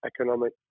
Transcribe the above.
economic